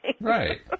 Right